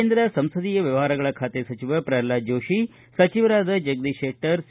ಕೇಂದ್ರ ಸಂಸದೀಯ ವ್ಯವಹಾರಗಳ ಖಾತೆ ಸಚಿವ ಪ್ರಲ್ವಾದ ಜೋಶಿ ಸಚಿವರಾದ ಜಗದೀಶ್ ಶೆಟ್ಟರ್ ಸಿ